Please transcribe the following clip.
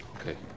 Okay